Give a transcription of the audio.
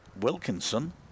Wilkinson